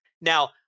Now-